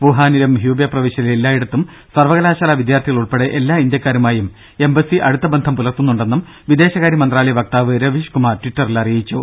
വുഹാനിലും ഹ്യുബെ പ്രവിശ്യയിലെ എല്ലായിടത്തും സർവ്വകലാശാല വിദ്യാർത്ഥികൾ ഉൾപ്പെടെ എല്ലാ ഇന്ത്യക്കാരുമായും എംബസി അടുത്തബന്ധം പുലർത്തുന്നുണ്ടെന്നും വിദേശകാര്യ മന്ത്രാലയ വക്താവ് രവീഷ് കുമാർ ട്വിറ്ററിൽ അറിയിച്ചു